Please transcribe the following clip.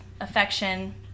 affection